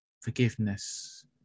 Forgiveness